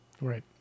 Right